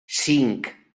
cinc